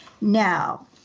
Now